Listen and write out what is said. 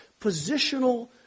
positional